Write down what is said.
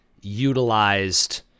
utilized